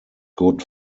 good